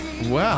Wow